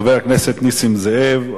חבר הכנסת נסים זאב.